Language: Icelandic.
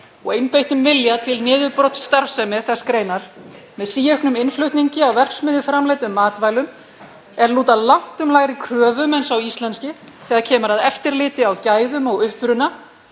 og einbeittan vilja til niðurbrotsstarfsemi þeirrar greinar með síauknum innflutningi á verksmiðjuframleiddum matvælum er lúta langtum lægri kröfum en þau íslensku þegar kemur að eftirliti með gæðum og uppruna